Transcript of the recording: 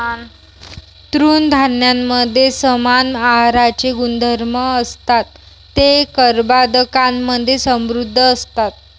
तृणधान्यांमध्ये समान आहाराचे गुणधर्म असतात, ते कर्बोदकांमधे समृद्ध असतात